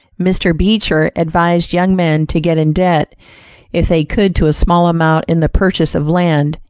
mr. beecher advised young men to get in debt if they could to a small amount in the purchase of land,